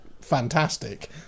fantastic